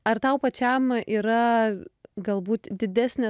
ar tau pačiam yra galbūt didesnę